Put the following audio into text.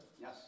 Yes